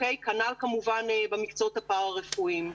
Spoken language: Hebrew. וכנ"ל כמובן במקצועות הפרה-רפואיים.